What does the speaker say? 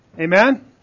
Amen